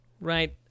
right